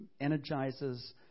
energizes